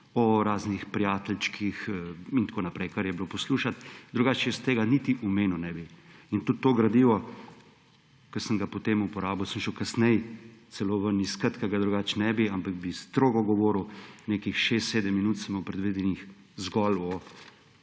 o raznih prijateljčkih in tako naprej, kar je bilo poslušati. Drugače tega niti omenil ne bi. In tudi to gradivo, ki sem ga potem uporabil, sem šel kasneje celo ven iskati, ker ga drugače ne bi, ampak bi strogo govoril, nekih šest, sedem minut sem imel predvidenih, zgolj o